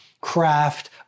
Craft